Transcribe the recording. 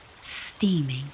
steaming